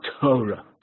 Torah